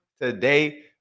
today